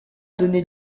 donné